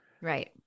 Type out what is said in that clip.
Right